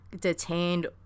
detained